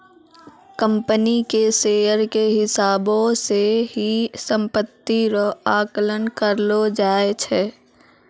company के share के हिसाबौ से ही सम्पत्ति रो आकलन करलो जाय छै